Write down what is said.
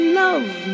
love